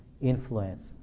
influence